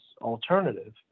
alternative